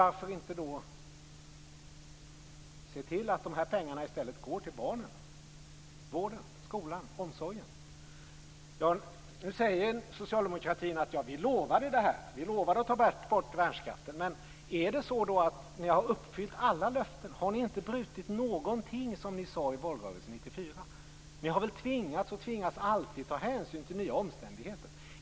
Varför inte se till att dessa pengar i stället går till barnen, vården, skolan och omsorgen? Nu säger socialdemokratin: Vi lovade att ta bort värnskatten. Men är det så att ni har uppfyllt alla löften? Har ni inte brutit någonting av det ni lovade i valrörelsen 1994? Ni har väl tvingats att alltid ta hänsyn till nya omständigheter?